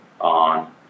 on